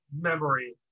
memory